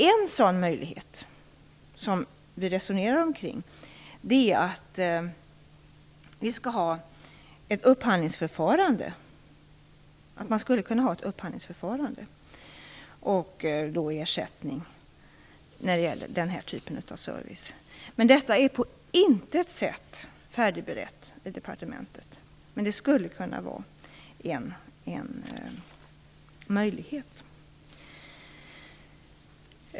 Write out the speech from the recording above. En sådan möjlighet som vi resonerar kring är att man skulle kunna ha ett upphandlingsförfarande och då ge ersättning när det gäller den här typen av service. Detta är på intet sätt färdigberett i departementet. Men det skulle kunna vara en möjlighet.